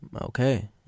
Okay